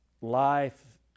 life